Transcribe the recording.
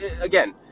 again